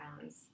pounds